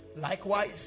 likewise